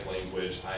language